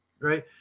right